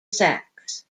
sacs